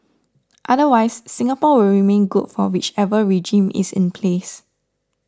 otherwise Singapore will remain good for whichever regime is in place